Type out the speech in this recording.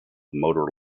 motor